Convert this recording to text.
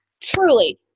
Truly